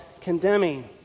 condemning